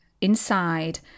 inside